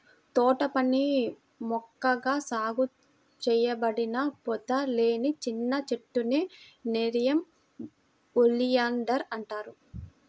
తోటపని మొక్కగా సాగు చేయబడిన పొద లేదా చిన్న చెట్టునే నెరియం ఒలియాండర్ అంటారు